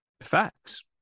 facts